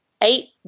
eight